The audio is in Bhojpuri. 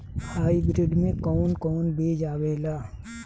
हाइब्रिड में कोवन कोवन बीज आवेला?